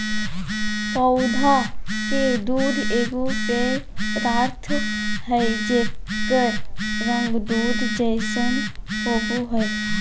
पौधा के दूध एगो पेय पदार्थ हइ जेकर रंग दूध जैसन होबो हइ